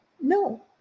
No